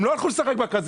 הם לא הלכו לשחק בקזינו,